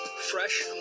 Fresh